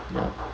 ya